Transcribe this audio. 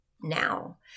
now